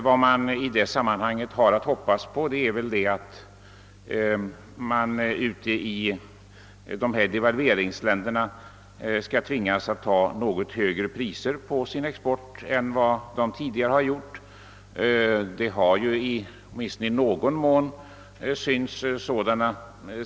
Vad vi i det sammanhanget kan hoppas på är att man i devalveringsländerna skall tvingas ta ut något högre priser — sådana signaler har ju åtminstone i någon mån synts.